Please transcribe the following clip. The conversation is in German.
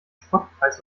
spottpreis